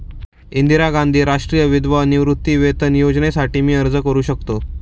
इंदिरा गांधी राष्ट्रीय विधवा निवृत्तीवेतन योजनेसाठी मी अर्ज करू शकतो?